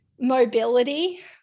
mobility